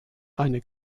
eine